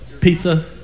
Pizza